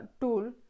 tool